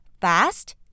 Fast